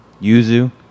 yuzu